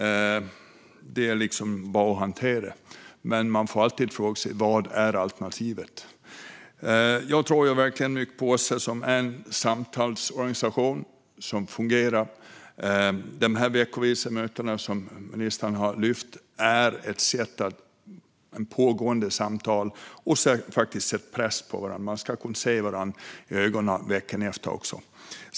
Det är liksom bara att hantera. Men man får alltid fråga sig vad som är alternativet. Jag tror verkligen på OSSE som en samtalsorganisation som fungerar. De veckovisa mötena, som ministern har lyft fram, är ett pågående samtal och sätter press på deltagarna. Man ska kunna se varandra i ögonen också veckan efter.